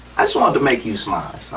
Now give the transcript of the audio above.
i just wanted to make you smile,